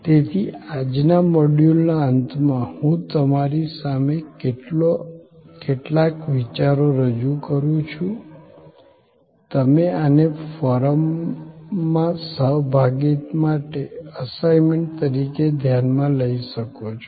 તેથી આજના મોડ્યુલના અંતમાં હું તમારી સામે કેટલાક વિચારો રજુ કરું છું તમે આને ફોરમમાં સહભાગિતા માટે અસાઇમેન્ટ તરીકે ધ્યાનમાં લઈ શકો છો